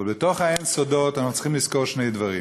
אבל בתוך האין-סודות אנחנו צריכים לזכור שני דברים: